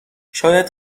شاید